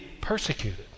persecuted